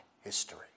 history